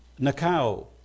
nakao